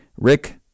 rick